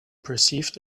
perceived